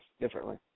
differently